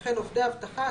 וכן עובדי אבטחה,